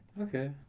Okay